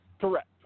Correct